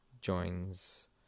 joins